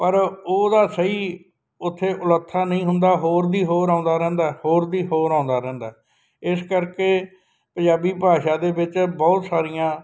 ਪਰ ਉਹਦਾ ਸਹੀ ਉੱਥੇ ਉਲੱਥਣ ਨਹੀਂ ਹੁੰਦਾ ਹੋਰ ਦੀ ਹੋਰ ਆਉਂਦਾ ਰਹਿੰਦਾ ਹੋਰ ਦੀ ਹੋਰ ਆਉਂਦਾ ਰਹਿੰਦਾ ਇਸ ਕਰਕੇ ਪੰਜਾਬੀ ਭਾਸ਼ਾ ਦੇ ਵਿੱਚ ਬਹੁਤ ਸਾਰੀਆਂ